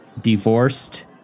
divorced